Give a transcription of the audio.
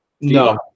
No